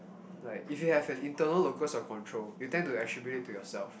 like if you have an internal locus of control you tend to attribute it to yourself